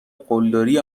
قلدری